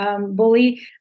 bully